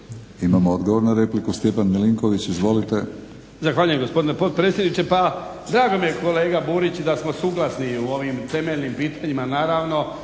Imamo odgovor na repliku. Stjepan Milinković. Izvolite.